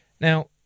Now